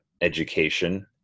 education